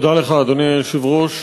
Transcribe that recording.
תודה לך, אדוני היושב-ראש.